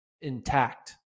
intact